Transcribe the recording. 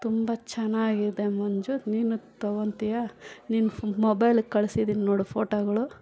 ತುಂಬ ಚೆನ್ನಾಗಿದೆ ಮಂಜು ನೀನು ತಗೊತಿಯಾ ನಿನ್ನ ಫೊ ಮೊಬೈಲಿಗ್ ಕಳ್ಸಿದೀನಿ ನೋಡು ಫೋಟೋಗಳು